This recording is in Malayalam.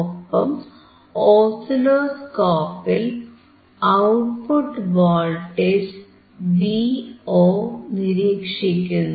ഒപ്പം ഓസിലോസ്കോപ്പിൽ ഔട്ട്പുട്ട് വോൾട്ടേജ് Vo നിരീക്ഷിക്കുന്നു